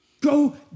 Go